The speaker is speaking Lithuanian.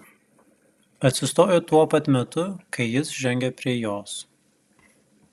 atsistojo tuo pat metu kai jis žengė prie jos